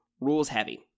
rules-heavy